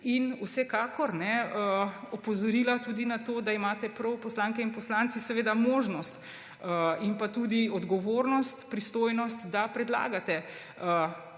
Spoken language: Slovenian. bi vsekakor opozorila tudi na to, da imate prav poslanke in poslanci možnost in tudi odgovornost, pristojnost, da predlagate